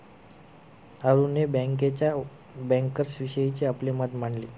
अरुणने बँकेच्या बँकर्सविषयीचे आपले मत मांडले